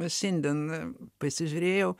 šiandien pasižiūrėjau